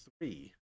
three